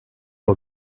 the